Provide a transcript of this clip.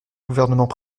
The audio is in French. gouvernements